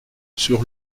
sur